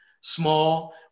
small